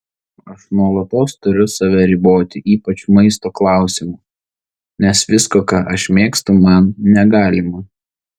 aš nuolatos turiu save riboti ypač maisto klausimu nes visko ką aš mėgstu man negalima